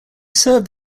served